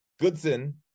Goodson